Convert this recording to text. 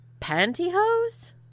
Pantyhose